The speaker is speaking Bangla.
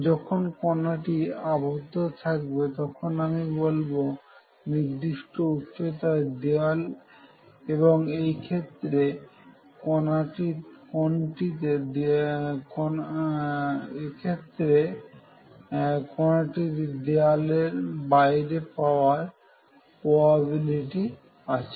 যখন কোনটি আবদ্ধ থাকবে তখন আমি বলব নির্দিষ্ট উচ্চতার দেওয়াল এবং এই ক্ষেত্রে কোনটিতে দেওয়ালের বাইরে পাওয়ার প্রবাবিলিটি আছে